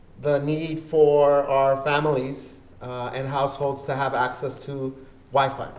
the need for our families and households to have access to wifi,